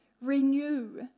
renew